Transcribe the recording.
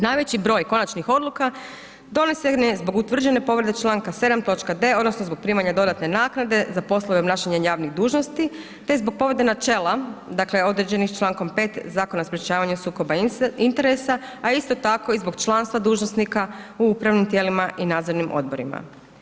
Najveći broj konačnih odluka donesen je zbog utvrđene povrede Članka 7. točka d) odnosno zbog primanja dodatne naknade za poslove obnašanja javnih dužnosti te zbog povrede načela dakle određenih člankom 5. Zakona o sprječavanju sukoba interesa a isto tako i zbog članstva dužnosnika u upravnim tijelima i nadzornim odborima.